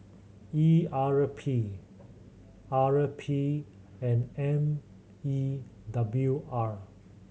E R P R P and M E W R